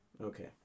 Okay